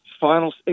final